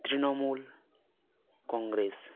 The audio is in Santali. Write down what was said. ᱛᱨᱤᱱᱚᱢᱩᱞ ᱠᱚᱝᱜᱨᱮᱥ